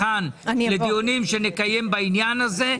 לכאן לדיונים שנקיים בעניין הזה.